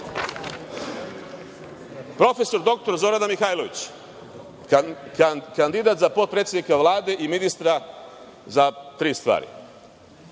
doktor Zorana Mihajlović, kandidat za potpredsednika Vlade i ministra za tri stvari.